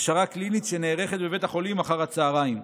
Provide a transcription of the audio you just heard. הכשרה קלינית שנערכת בבית החולים אחר הצוהריים.